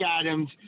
Adams